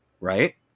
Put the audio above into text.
right